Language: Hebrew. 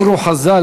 על זה אמרו חז"ל,